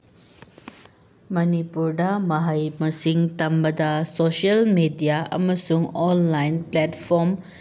ꯃꯅꯤꯄꯨꯔꯗ ꯃꯍꯩ ꯃꯁꯤꯡ ꯇꯝꯕꯗ ꯁꯣꯁꯦꯜ ꯃꯦꯗꯤꯌꯥ ꯑꯃꯁꯨꯡ ꯑꯣꯟꯂꯥꯏꯟ ꯄ꯭ꯂꯦꯠꯐꯣꯝ